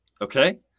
Okay